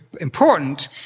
important